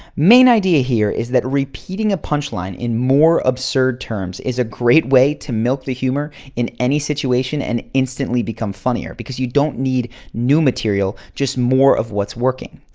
main idea here is that repeating a punchline in more absurd terms is a great way to milk the humor in any situation and instantly become funnier because you don't need new material just more of what's working.